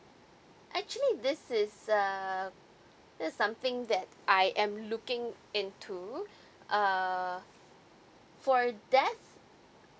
actually this is um there's something that I am looking into uh for death